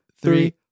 three